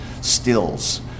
stills